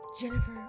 Jennifer